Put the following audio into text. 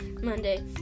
Monday